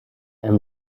and